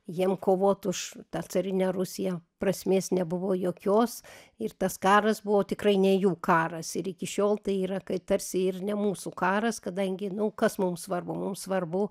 jiem kovoti už tą carinę rusiją prasmės nebuvo jokios ir tas karas buvo tikrai ne jų karas ir iki šiol tai yra kai tarsi ir ne mūsų karas kadangi nu kas mums svarbu mums svarbu